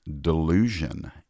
delusion